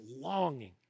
longing